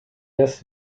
des